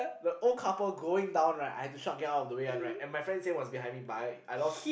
the old couple going down I had to shout get out of the way one right and my friend's hand was behind me but I lost